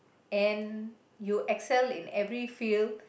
and you excel in very field